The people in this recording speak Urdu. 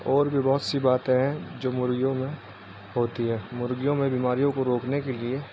اور بھی بہت سی باتیں ہیں جو مرغیوں میں ہوتی ہے مرغیوں میں بیماریوں کو روکنے کے لیے